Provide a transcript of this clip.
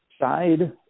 side